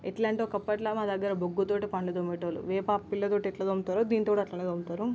ఎట్లంటే ఒకప్పటిల మా దగ్గర బొగ్గుతోటి పండ్లు తోమేటోళ్ళు వేపపిల్లతోటి ఎట్ల తోముతారో దీనితోటి అట్లనే తోముతారు